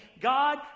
God